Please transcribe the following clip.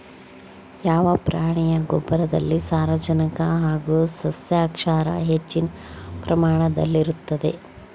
ಯಾವ ಪ್ರಾಣಿಯ ಗೊಬ್ಬರದಲ್ಲಿ ಸಾರಜನಕ ಹಾಗೂ ಸಸ್ಯಕ್ಷಾರ ಹೆಚ್ಚಿನ ಪ್ರಮಾಣದಲ್ಲಿರುತ್ತದೆ?